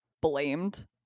blamed